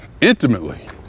intimately